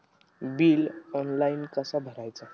Bill online कसा भरायचा?